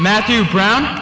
matthew brown